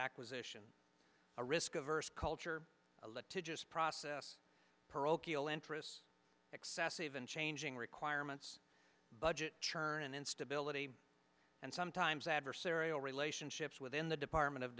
acquisition a risk averse culture lead to just process parochial interests excessive and changing requirements budget churn and instability and sometimes adversarial relationships within the department of